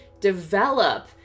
Develop